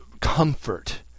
comfort